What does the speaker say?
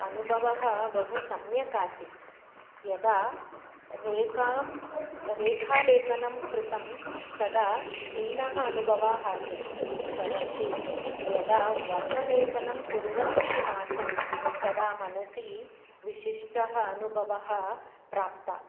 अनुभवः बहु सम्यक् आसीत् यदा रेखा रेखालेखनं कृतं तदा भिन्नः अनुभवः आसीत् परन्तु यदा वर्णलेपनं कुर्वन्ती आसं तदा मनसि विशिष्टः अनुभवः प्राप्तः